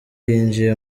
yinjiye